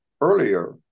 earlier